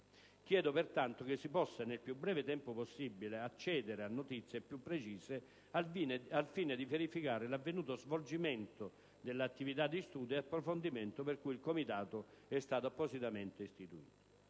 Chiedo, pertanto, che si possa, nel più breve tempo possibile, accedere a notizie più precise al fine di verificare l'avvenuto svolgimento dell'attività di studio ed approfondimento per cui il Comitato è stato appositamente istituito.